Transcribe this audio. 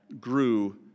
grew